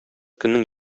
көннең